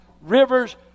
rivers